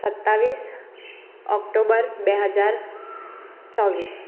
સત્યાવીસ ઓક્ટોબર બે હજાર ચોવીસ